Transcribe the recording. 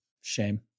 Shame